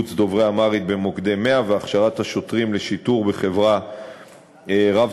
שיבוץ דוברי אמהרית במוקדי 100 והכשרת השוטרים לשיטור בחברה רב-תרבותית.